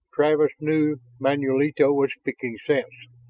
travis knew manulito was speaking sense.